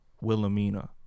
Wilhelmina